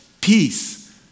peace